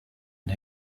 and